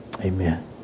Amen